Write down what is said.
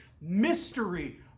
mystery